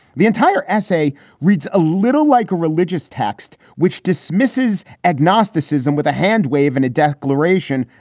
the entire essay reads a little like a religious text, which dismisses agnosticism with a hand wave and a declaration.